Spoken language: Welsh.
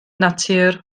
natur